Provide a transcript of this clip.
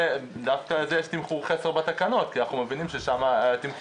דווקא לזה יש תמחור חסר בתקנות כי אנחנו מבינים ששם התמחור